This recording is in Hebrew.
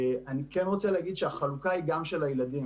אני כן רוצה להגיד שהחלוקה היא גם של הילדים